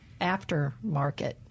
aftermarket